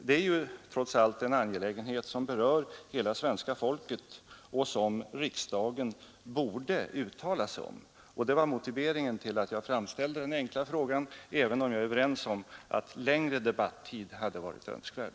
Det är trots allt en angelägenhet som berör hela svenska folket och som riksdagen borde uttala sig om. Det var motiveringen till att jag framställde den enkla frågan, även om jag är överens med finansministern om att längre debattid hade varit önskvärd.